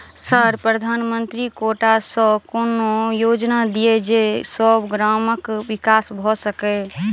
Sir प्रधानमंत्री quota सऽ कोनो योजना दिय जै सऽ ग्रामक विकास भऽ सकै?